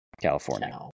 California